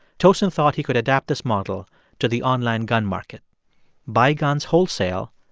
tosin thought he could adapt this model to the online gun market buy guns wholesale,